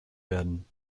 werden